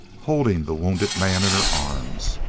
holding the wounded man in her arms.